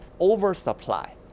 oversupply